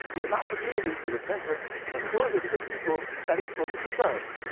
is an opportunity for the center to be closer to the people that it hopes to serve.